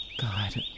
God